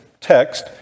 text